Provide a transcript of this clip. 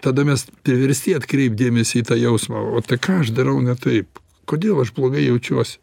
tada mes priversti atkreipt dėmesį į tą jausmą o tai ką aš darau ne taip kodėl aš blogai jaučiuosi